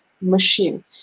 machine